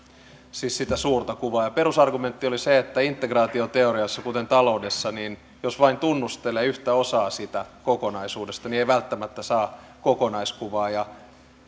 siis sitä suurta kuvaa perusargumentti oli se että integraatioteoriassa kuten taloudessa jos vain tunnustelee yhtä osaa siitä kokonaisuudesta niin ei välttämättä saa kokonaiskuvaa